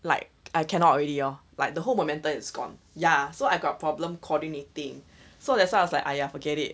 like I cannot already orh like the a mentor is gone ya so I got problem coordinating so that's why I was like !aiya! forget it